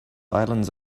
islands